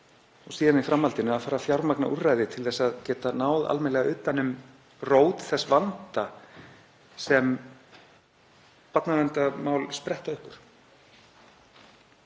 og síðan í framhaldinu að fara að fjármagna úrræði til þess að geta náð almennilega utan um rót þess vanda sem barnaverndarmál spretta upp